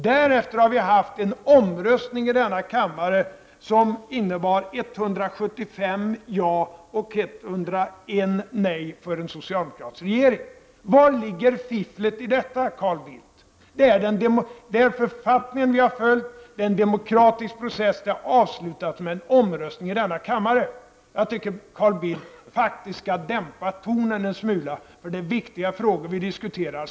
Därefter har vi haft en omröstning i denna kammare som innebar 175 ja och 101 nej till en socialdemokratisk regering. Vari ligger fifflet i detta, Carl Bildt? Vi har följt författningen, och en demokratisk process har avslutats med en omröstning i denna kammare. Jag tycker faktiskt att Carl Bildt skall dämpa tonen en smula, för det är viktiga frågor som vi diskuterar.